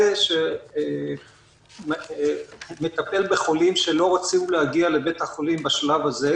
הרופא שמטפל בחולים שלא רוצים להגיע לבית החולים בשלב הזה,